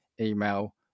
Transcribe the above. email